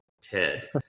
Ted